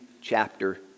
chapter